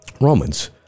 Romans